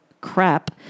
crap